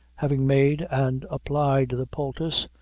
having made and applied the poultice,